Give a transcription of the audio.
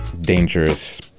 dangerous